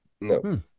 No